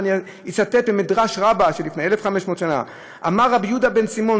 ואני אצטט את מדרש רבה מלפני 1,500 שנה: "אמר רבי יהודה בן סימון,